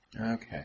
Okay